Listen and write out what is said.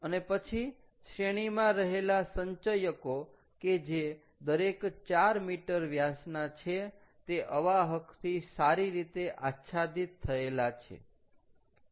અને પછી શ્રેણીમાં રહેલા સંચયકો કે જે દરેક 4 m વ્યાસના છે તે અવાહકથી સારી રીતે આચ્છાદિત થયેલા છે